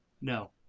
No